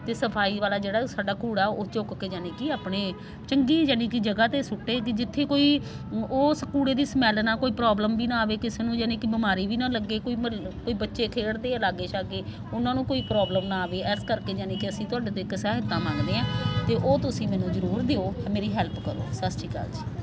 ਅਤੇ ਸਫਾਈ ਵਾਲਾ ਜਿਹੜਾ ਉਹ ਸਾਡਾ ਕੂੜਾ ਉਹ ਚੁੱਕ ਕੇ ਯਾਨੀ ਕਿ ਆਪਣੇ ਚੰਗੀ ਯਾਨੀ ਕਿ ਜਗ੍ਹਾ 'ਤੇ ਸੁੱਟੇ ਕਿ ਜਿੱਥੇ ਕੋਈ ਉਸ ਕੂੜੇ ਦੀ ਸਮੈਲ ਨਾ ਕੋਈ ਪ੍ਰੋਬਲਮ ਵੀ ਨਾ ਆਵੇ ਕਿਸੇ ਨੂੰ ਯਾਨੀ ਕਿ ਬਿਮਾਰੀ ਵੀ ਨਾ ਲੱਗੇ ਕੋਈ ਮ ਬੱਚੇ ਖੇਡਦੇ ਆ ਲਾਗੇ ਸ਼ਾਗੇ ਉਹਨਾਂ ਨੂੰ ਕੋਈ ਪ੍ਰੋਬਲਮ ਨਾ ਆਵੇ ਇਸ ਕਰਕੇ ਯਾਨੀ ਕਿ ਅਸੀਂ ਤੁਹਾਡੇ ਤੋਂ ਇੱਕ ਸਹਾਇਤਾ ਮੰਗਦੇ ਹਾਂ ਅਤੇ ਉਹ ਤੁਸੀਂ ਮੈਨੂੰ ਜ਼ਰੂਰ ਦਿਓ ਮੇਰੀ ਹੈਲਪ ਕਰੋ ਸਤਿ ਸ਼੍ਰੀ ਅਕਾਲ ਜੀ